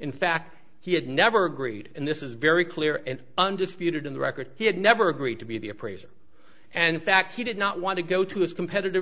in fact he had never agreed and this is very clear and undisputed in the record he had never agreed to be the appraiser and in fact he did not want to go to his competit